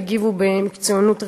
והגיבו במקצוענות ראויה.